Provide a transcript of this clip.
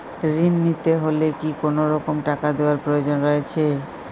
ঋণ নিতে হলে কি কোনরকম টাকা দেওয়ার প্রয়োজন রয়েছে?